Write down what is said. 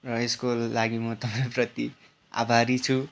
र यसको लागि म तपाईँप्रति आभारी छु